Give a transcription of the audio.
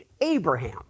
Abraham